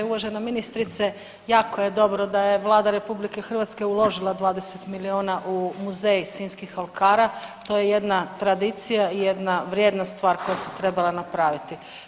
Uvažena ministrice jako je dobro da je Vlada RH uložila 20 miliona u Muzej sinjskih alkara, to je jedna tradicija i jedna vrijedna stvar koja se trebala napraviti.